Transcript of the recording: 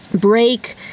break